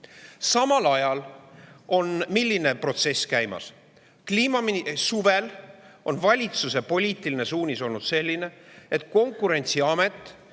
Samal ajal on milline protsess käimas? Suvel oli valitsuse poliitiline suunis selline, et Konkurentsiamet